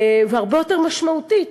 והרבה יותר משמעותית.